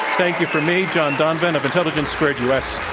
thank you from me, john donvan of intelligence squared u. s,